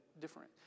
different